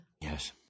Yes